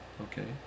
Okay